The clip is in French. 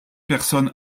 personne